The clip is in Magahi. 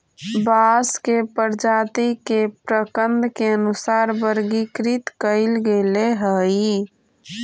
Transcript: बांस के प्रजाती के प्रकन्द के अनुसार वर्गीकृत कईल गेले हई